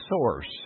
source